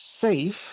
safe